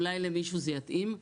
אולי למישהו זה יתאים',